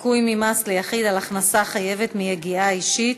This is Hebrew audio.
(זיכוי ממס ליחיד על הכנסה חייבת מיגיעה אישית),